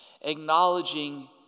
acknowledging